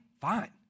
Fine